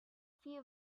few